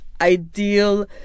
ideal